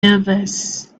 nervous